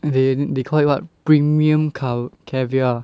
they they call it what premium ca~ caviar